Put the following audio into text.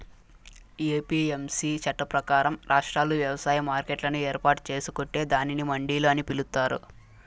APMC చట్టం ప్రకారం, రాష్ట్రాలు వ్యవసాయ మార్కెట్లను ఏర్పాటు చేసుకొంటే దానిని మండిలు అని పిలుత్తారు